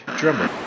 drummer